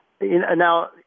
Now